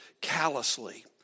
callously